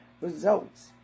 results